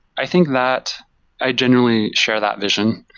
i think that i generally share that vision,